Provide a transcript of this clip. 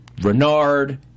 renard